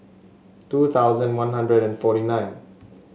two thousand One Hundred and forty nine